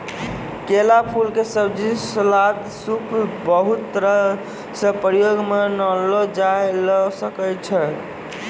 केला फूल के सब्जी, सलाद, सूप बहुत तरह सॅ प्रयोग मॅ लानलो जाय ल सकै छो